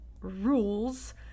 rules